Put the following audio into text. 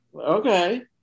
Okay